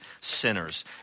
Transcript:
sinners